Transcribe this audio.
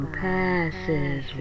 passes